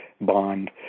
bond